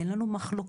אין לנו מחלוקות,